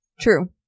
True